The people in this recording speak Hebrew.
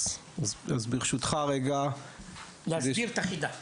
ברשותך --- תסביר את החידה.